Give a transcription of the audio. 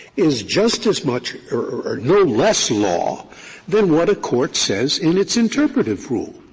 is just as much or no less law than what a court says in its interpretative rule.